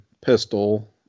pistol